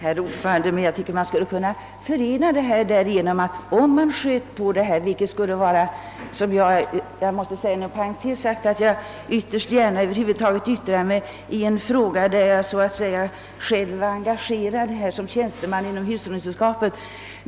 Herr talman! Jag tycker man skulle kunna förena strävandena genom att skjuta på tidpunkten för omorganisationen. Inom parentes vill jag säga att jag ytterst ogärna yttrar mig i en fråga som denna, där jag själv så att säga är engagerad i egenskap av tjänsteman inom ett hushållningssällskap.